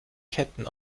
ketten